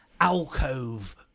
alcove